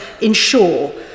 ensure